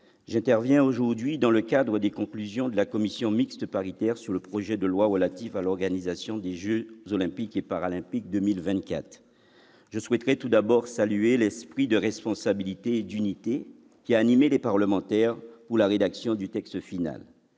nous examinons aujourd'hui les conclusions de la commission mixte paritaire sur le projet de loi relatif à l'organisation des jeux Olympiques et Paralympiques de 2024. Je souhaiterais tout d'abord saluer l'esprit de responsabilité et d'unité qui a animé les parlementaires pour la rédaction du texte final.